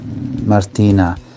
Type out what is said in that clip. Martina